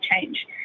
change